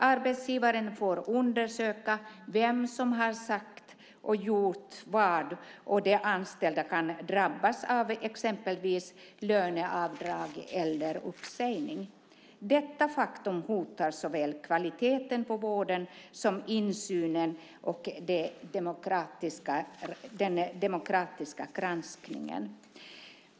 Arbetsgivaren får undersöka vem som har sagt och gjort vad, och de anställda kan drabbas av exempelvis löneavdrag eller uppsägning. Detta faktum hotar såväl kvaliteten på vården som insynen och den demokratiska granskningen.